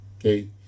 Okay